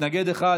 מתנגד אחד,